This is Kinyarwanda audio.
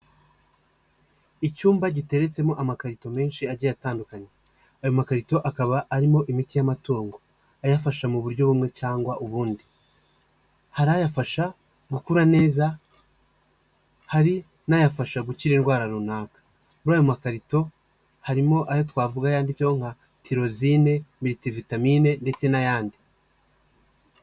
Icyumba giteretsemo amakarito menshi agiye atandukanye, ayo makarito akaba arimo imiti y'amatungo, ayafasha mu buryo bumwe cyangwa ubundi, hari ayafasha gukura neza, hari n'ayafasha gukira indwara runaka, muri ayo makarito harimo ayo twavuga yanditseho nka tirozine, miriti vitamine ndetse n'ayandi.